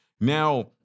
Now